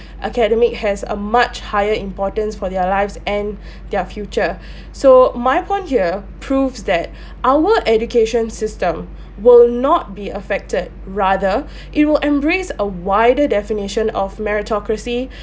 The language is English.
academic has a much higher importance for their lives and their future so my point here proves that our education system will not be affected rather it will embrace a wider definition of meritocracy